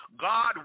God